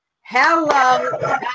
Hello